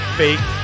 fake